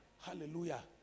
Hallelujah